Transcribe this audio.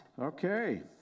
Okay